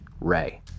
Ray